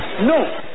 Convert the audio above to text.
no